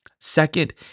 Second